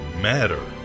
matter